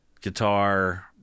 Guitar